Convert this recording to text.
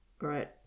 Right